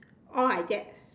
all like that